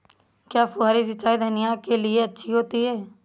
क्या फुहारी सिंचाई धनिया के लिए अच्छी होती है?